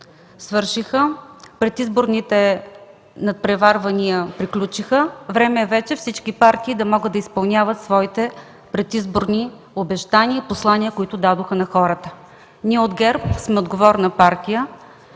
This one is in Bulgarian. свършиха. Предизборните надпреварвания приключиха. Време е вече всички партии да изпълняват своите предизборни обещания и послания, които дадоха на хората. Ние от ГЕРБ сме отговорна партия